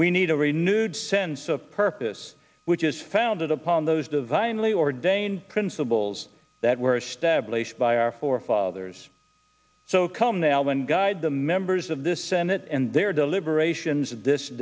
we need a renewed sense of purpose which is founded upon those divinely ordained principles that were established by our forefathers so come now and guide the members of the senate and their deliberations this